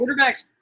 Quarterbacks